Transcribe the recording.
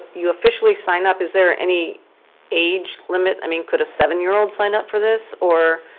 you officially sign up, is there any age limit? i mean, could a seven year old sign up for this, or?